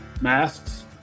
masks